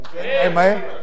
Amen